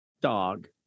dog